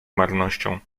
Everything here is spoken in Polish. marnością